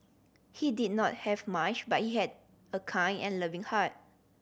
he did not have much but he had a kind and loving heart